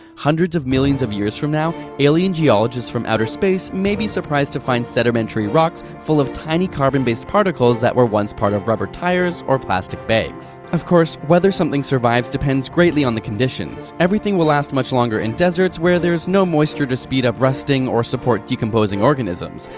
hundreds of millions of years from now, alien geologists from outer space may be surprised to find sedimentary rocks full of tiny carbon-based particles that were once part of rubber tires or plastic bags. of course, whether something survives depends greatly on the conditions. everything will last much longer in deserts, where there is no moisture to speed up rusting or support decomposing organisms.